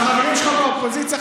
החברים שלך באופוזיציה,